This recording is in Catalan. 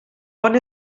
bon